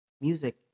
music